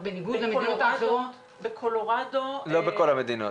לא בכל המדינות.